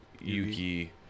Yuki